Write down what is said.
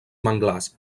manglars